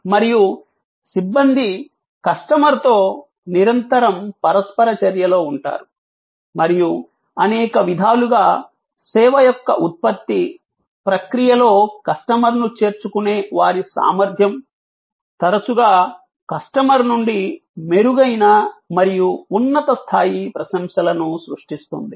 మరియు సిబ్బంది కస్టమర్తో నిరంతరం పరస్పర చర్యలో ఉంటారు మరియు అనేక విధాలుగా సేవ యొక్క ఉత్పత్తి ప్రక్రియలో కస్టమర్ను చేర్చుకునే వారి సామర్థ్యం తరచుగా కస్టమర్ నుండి మెరుగైన మరియు ఉన్నత స్థాయి ప్రశంసలను సృష్టిస్తుంది